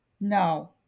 No